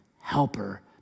helper